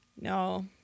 no